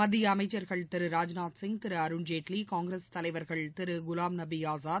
மத்திய அமைச்சர்கள் திரு ராஜ்நாத்சிங் திரு அருண்ஜேட்லி காங்கிரஸ் தலைவர்கள் திரு குலாம்நபி ஆசாத்